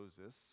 Moses